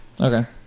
Okay